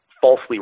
falsely